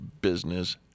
business